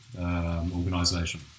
organization